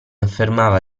affermava